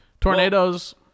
tornadoes